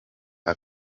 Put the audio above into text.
ako